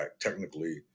technically